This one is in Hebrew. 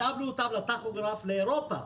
התאמנו אותם לטכוגרף לאירופה.